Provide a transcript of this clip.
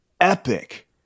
epic